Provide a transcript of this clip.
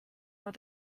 war